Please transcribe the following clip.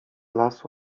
lasu